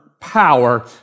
power